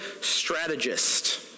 strategist